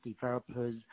developers